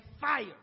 fire